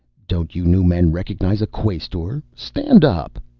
don't you new men recognize a quaestor? stand up!